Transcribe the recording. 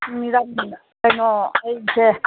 ꯃꯤꯔꯝ ꯀꯩꯅꯣ ꯑꯩꯁꯦ